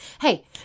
Hey